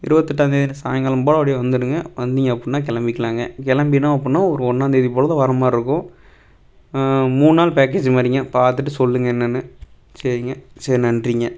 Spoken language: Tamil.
இருபத்தெட்டாந்தேதி ந சாயங்காலம் போல் அப்படியே வந்துடுங்க வந்தீங்க அப்புடின்னா கிளம்பிக்கலாங்க கிளம்பி என்னப் பண்ணும் ஒரு ஒன்றாந்தேதி போல் தான் வர்ற மாதிரி இருக்கும் மூணு நாள் பேக்கேஜு மாதிரிங்க பார்த்துட்டு சொல்லுங்கள் என்னென்னு சரிங்க சரி நன்றிங்க